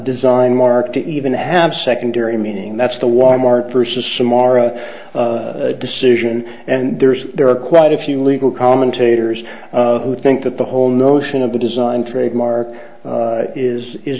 design mark to even have secondary meaning that's the watermark versus ammara decision and there's there are quite a few legal commentators who think that the whole notion of the design trademark is is